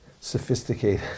sophisticated